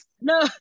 No